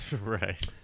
Right